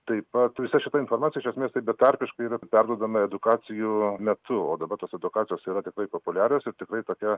taip pat visa šita informacija iš esmės taip betarpiškai yra perduodama edukacijų metu o dabar tos edukacijos yra tikrai populiarios ir tikrai tokia